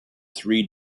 three